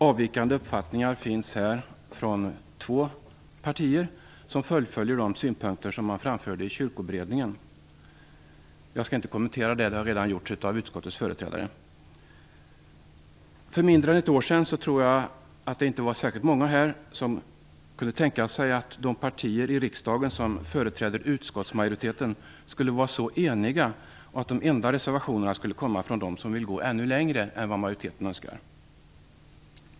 Avvikande uppfattningar finns här från två partier, som fullföljer de synpunkter som man framförde i Kyrkoberedningen. Jag skall inte kommentera det, då det redan har gjorts av utskottets företrädare. För mindre än ett år sedan var det inte särskilt många här som kunde tänka sig att de partier i riksdagen som företräder utskottsmajoriteten skulle vara så eniga att de enda reservationerna skulle komma från dem som vill gå ännu längre än vad majoriteten önskar.